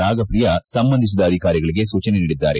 ರಾಗಪ್ರಿಯಾ ಸಂಬಂಧಿಸಿದ ಅಧಿಕಾರಿಗಳಿಗೆ ಸೂಚನೆ ನೀಡಿದ್ದಾರೆ